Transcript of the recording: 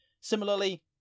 Similarly